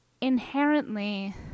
inherently